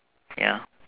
ya